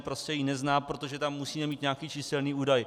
Prostě ji nezná, protože tam musí být nějaký číselný údaj.